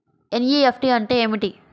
NEFT అంటే ఏమిటీ?